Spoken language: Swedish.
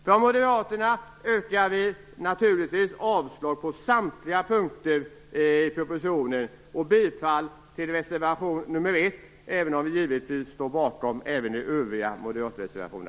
Vi moderater yrkar naturligtvis avslag på utskottets hemställan på samtliga punkter och bifall till reservation nr 1. Därutöver ställer vi oss givetvis bakom även övriga moderata reservationer.